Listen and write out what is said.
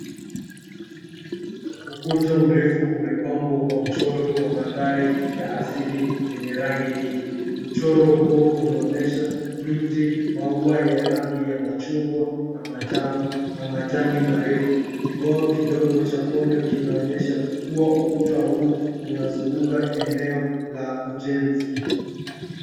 Ukuta mrefu umepambwa kwa mchoro wa mandhari ya asili wenye rangi nyingi. Mchoro huo unaonyesha mti, maua ya rangi ya machungwa na manjano, na majani marefu. Kibao kidogo cha onyo kinaonyesha kuwa ukuta huu unazunguka eneo la ujenzi.